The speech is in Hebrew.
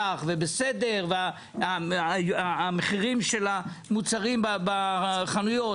אני לא זוכר תקופה כזו במדינה שיש צבר כזה גדול של עליות מחירים.